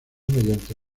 mediante